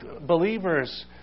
believers